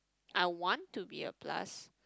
I want to be a plus